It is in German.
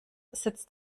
sitzt